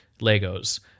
Legos